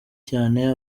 cyane